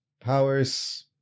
powers